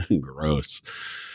gross